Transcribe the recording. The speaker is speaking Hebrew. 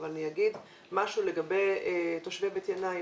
אגיד משהו לגבי תושבי בית ינאי,